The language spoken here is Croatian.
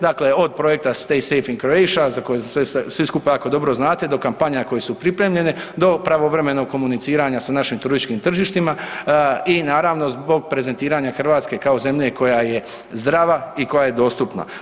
Dakle od projekta Safe say in Croatia za koji svi skupa jako dobro znate, do kampanja koje su pripremljene, do pravovremenog komuniciranja sa našim turističkim tržištima i naravno zbog prezentiranja Hrvatske kao zemlje koja je zdrava i koja je dostupna.